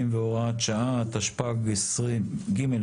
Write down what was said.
60 והוראת שעה), התשפ"ג 2023